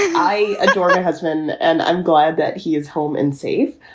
i adore her husband and i'm glad that he is home and safe.